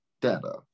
data